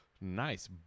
nice